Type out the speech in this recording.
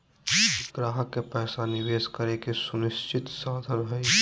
ग्राहक के पैसा निवेश करे के सुनिश्चित साधन हइ